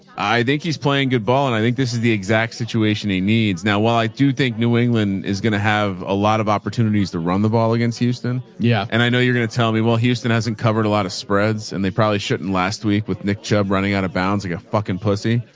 i think he's playing good ball. and i think this is the exact situation he needs. now, while i do think new england is going to have a lot of opportunities to run the ball against houston. yeah and i know you're going to tell me, well, houston, hasn't covered a lot of spreads and they probably shouldn't last week with nick chubb running out of bounds, like a fucking pussy.